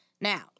Now